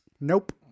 Nope